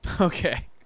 Okay